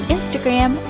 Instagram